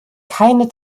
keine